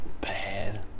Bad